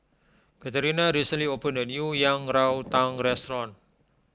Katerina recently opened a new Yang Rou Tang restaurant